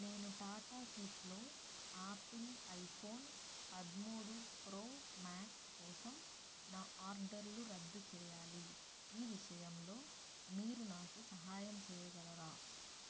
నేను టాటా క్లిక్లో Apple iPhone పదమూడు ప్రో మ్యాక్స్ కోసం నా ఆర్డర్లు రద్దు చెయ్యాలి ఈ విషయంలో మీరు నాకు సహాయం చేయగలరా